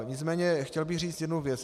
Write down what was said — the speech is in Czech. Nicméně chtěl bych říct jednu věc.